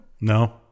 No